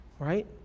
right